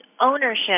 ownership